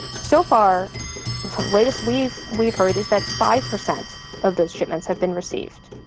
so far, the latest we've we've heard is that five percent of those shipments have been received.